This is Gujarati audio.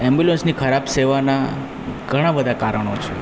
ઍમ્બ્યુલન્સની ખરાબ સેવાનાં ઘણાં બધા કારણો છે